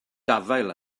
gafael